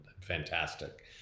fantastic